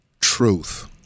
truth